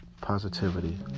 positivity